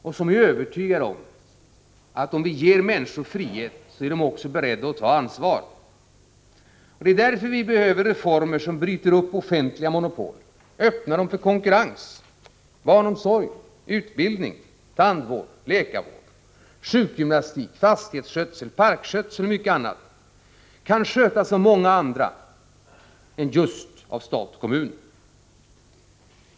Jag är övertygad om att om vi ger människor frihet är de också beredda att ta ansvar. Det är därför vi behöver reformer som bryter upp offentliga monopol och öppnar dem för konkurrens. Barnomsorg, utbildning, tandvård, läkarvård, sjukgymnastik, fastighetsskötsel, parkskötsel och mycket annat kan skötas av många andra än just stat och kommun.